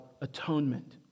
atonement